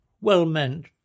well-meant